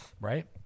Right